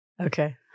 okay